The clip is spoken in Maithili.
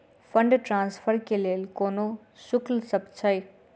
फंड ट्रान्सफर केँ लेल कोनो शुल्कसभ छै?